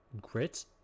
grit